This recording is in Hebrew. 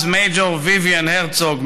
אז מייג'ור חיים ויוויאן הרצוג,